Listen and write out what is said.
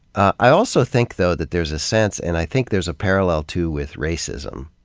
i also think, though, that there's a sense, and i think there's a parallel, too, with racism,